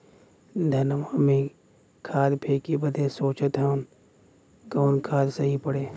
धनवा में खाद फेंके बदे सोचत हैन कवन खाद सही पड़े?